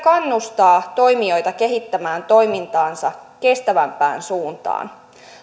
kannustamalla toimijoita kehittämään toimintaansa kestävämpään suuntaan